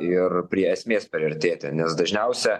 ir prie esmės priartėti nes dažniausia